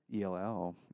ELL